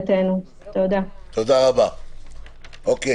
נקודה נוספת,